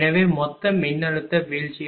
எனவே மொத்த மின்னழுத்த வீழ்ச்சியான 14